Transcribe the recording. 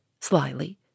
slyly